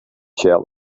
shell